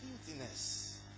filthiness